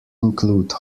include